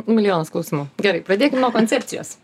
milijonas klausimų gerai pradėkim nuo koncepcijos